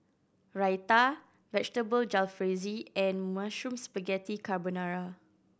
Raita Vegetable Jalfrezi and Mushroom Spaghetti Carbonara